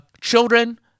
children